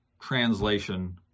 translation